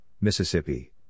Mississippi